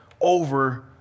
over